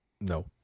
No